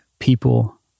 people